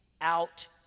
out